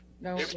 No